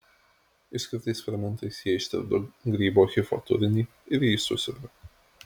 išskirtais fermentais jie ištirpdo grybo hifo turinį ir jį susiurbia